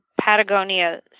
Patagonia